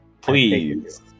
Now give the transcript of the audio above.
Please